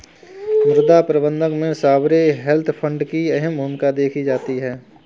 मुद्रा प्रबन्धन में सॉवरेन वेल्थ फंड की अहम भूमिका देखी जाती है